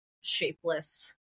shapeless